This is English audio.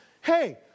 hey